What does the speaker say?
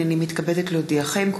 הנני מתכבדת להודיעכם,